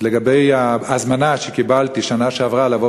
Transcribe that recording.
לגבי ההזמנה שקיבלתי בשנה שעברה לבוא